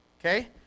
okay